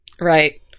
Right